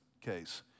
case